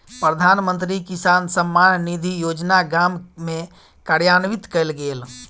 प्रधानमंत्री किसान सम्मान निधि योजना गाम में कार्यान्वित कयल गेल